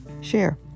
share